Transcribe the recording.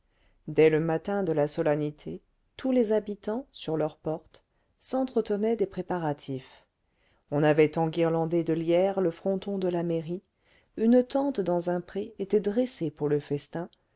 dès le matin de la solennité tous les habitants sur leurs portes s'entretenaient des préparatifs on avait enguirlandé de lierres le fronton de la mairie une tente dans un pré était dressée pour le festin